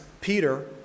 Peter